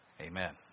Amen